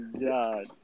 god